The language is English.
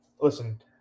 listen